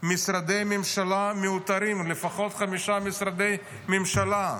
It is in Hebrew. משרדי ממשלה מיותרים, לפחות חמישה משרדי ממשלה.